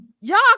Y'all